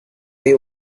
day